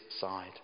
side